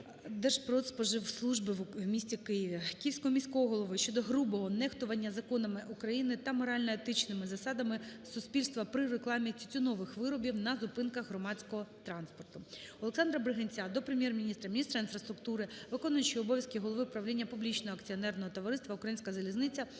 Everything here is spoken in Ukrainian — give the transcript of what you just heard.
Держпродспоживслужби в місті Києві, Київського міського голови щодо грубого нехтування Законами України та морально-етичними засадами суспільства при рекламі тютюнових виробів на зупинках громадського транспорту. ОлександраБригинця до Прем'єр-міністра, міністра інфраструктури, виконуючого обов'язки голови правління публічного акціонерного товариства "Українська залізниця"